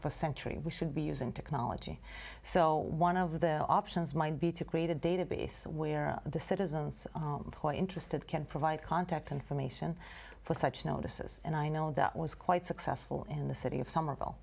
first century we should be using technology so one of their options might be to create a database where the citizens point interested can provide contact information for such notices and i know that was quite successful in the city of somerville